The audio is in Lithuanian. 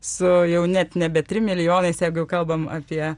su jau net nebe trim milijonais jeigu kalbam apie